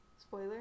Spoiler